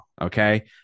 okay